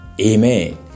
Amen